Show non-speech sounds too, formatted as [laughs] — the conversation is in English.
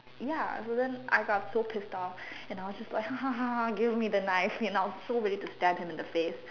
ya I couldn't I got so pissed off and I was just like [laughs] give me the knife you know I was so ready to stab him in the face